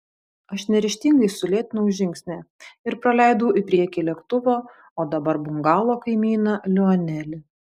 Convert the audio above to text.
aš neryžtingai sulėtinau žingsnį ir praleidau į priekį lėktuvo o dabar bungalo kaimyną lionelį